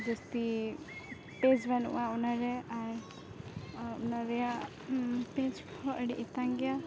ᱡᱟᱹᱥᱛᱤ ᱯᱮᱡᱽ ᱵᱟᱹᱱᱩᱜᱼᱟ ᱚᱱᱟᱨᱮ ᱟᱨ ᱚᱱᱟ ᱨᱮᱭᱟᱜ ᱯᱮᱡᱽ ᱠᱚᱦᱚᱸ ᱟᱹᱰᱤ ᱮᱛᱟᱝ ᱜᱮᱭᱟ